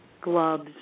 gloves